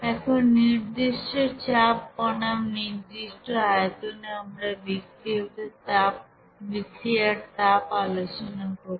এখন নির্দিষ্ট চাপ বনাম নির্দিষ্ট আয়তনে আমরা বিক্রিয়ার তাব আলোচনা করব